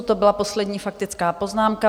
To byla poslední faktická poznámka.